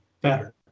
better